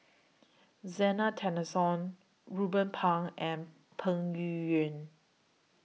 Zena Tessensohn Ruben Pang and Peng Yuyun